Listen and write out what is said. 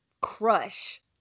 crush